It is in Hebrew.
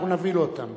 אנחנו נביא לו אותם.